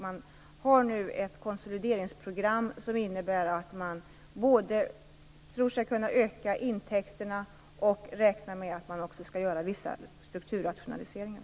Man har nu ett konsolideringsprogram som innebär att man tror sig kunna öka intäkterna, och man räknar också med att kunna göra vissa strukturrationaliseringar.